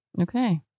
okay